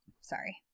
Sorry